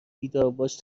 بیدارباش